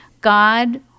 God